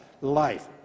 life